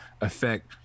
affect